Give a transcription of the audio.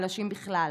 ובחלשים בכלל.